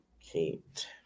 Kate